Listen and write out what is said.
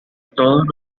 todos